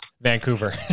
Vancouver